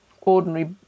ordinary